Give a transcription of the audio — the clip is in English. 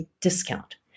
discount